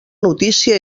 notícia